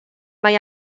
mae